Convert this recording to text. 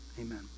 amen